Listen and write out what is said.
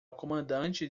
comandante